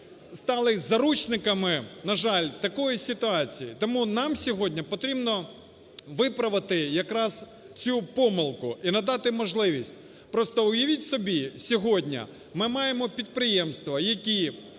стали заручниками, на жаль, такої ситуації. Тому нам сьогодні потрібно виправити якраз цю помилку і надати можливість, просто уявіть собі, сьогодні ми маємо підприємства, які